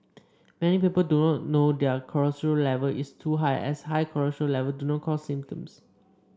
many people do not know their cholesterol level is too high as high cholesterol level do not cause symptoms